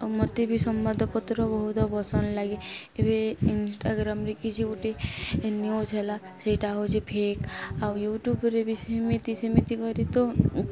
ଆଉ ମୋତେ ବି ସମ୍ବାଦପତ୍ର ବହୁତ ପସନ୍ଦ ଲାଗେ ଏବେ ଇନଷ୍ଟାଗ୍ରାମ୍ରେ କିଛି ଗୋଟେ ନ୍ୟୁଜ୍ ହେଲା ସେଇଟା ହେଉଛି ଫେକ୍ ଆଉ ୟୁଟ୍ୟୁବ୍ରେ ବି ସେମିତି ସେମିତି କରି ତ